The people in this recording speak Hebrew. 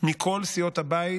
מכל סיעות הבית